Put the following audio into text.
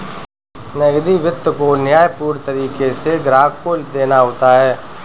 नकदी वित्त को न्यायपूर्ण तरीके से ग्राहक को देना होता है